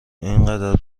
اینقدر